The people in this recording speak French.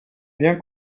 bien